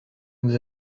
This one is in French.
nous